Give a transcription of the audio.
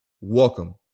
welcome